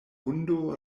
hundo